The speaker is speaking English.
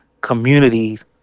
communities